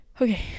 Okay